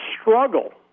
struggle